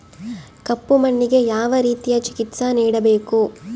ಕಪ್ಪು ಮಣ್ಣಿಗೆ ಯಾವ ರೇತಿಯ ಚಿಕಿತ್ಸೆ ನೇಡಬೇಕು?